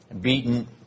beaten